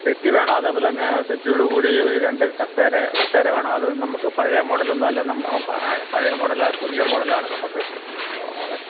set വേണം അതേപോലെത്തന്നെ സെറ്റിയോട് കൂടി ഒരു രണ്ട് കസേര കസേര വേണം അത് നമുക്ക് പഴയ മോഡലൊന്നും അല്ല പഴയ മോഡല പുതിയ മോഡലാണ് നമുക്ക്